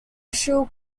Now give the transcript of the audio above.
shrill